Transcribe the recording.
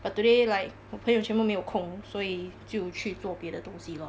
but today like 我朋友全部没有空所以就去做别的东西 lor